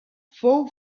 fou